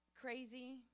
crazy